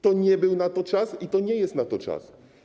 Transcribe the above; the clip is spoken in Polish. To nie był na to czas i to nie jest na to czas.